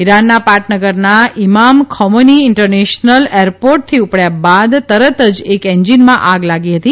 ઇરાનના પાટનગરના ઇમામ ખૌમેની ઇન્ટરનેશનલ એરપોર્ટથી ઉપડ્યા બાદ તરત જ એક એન્જિનમાં આગ લાગી હતી